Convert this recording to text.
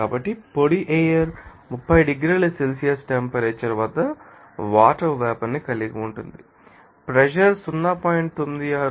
కాబట్టి పొడి ఎయిర్ 30 డిగ్రీల సెల్సియస్ టెంపరేచర్ వద్ద వాటర్ వేపర్ ని కలిగి ఉంటుంది మరియు ప్రెషర్ 0